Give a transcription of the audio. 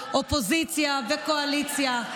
אופוזיציה וקואליציה,